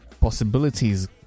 possibilities